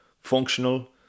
functional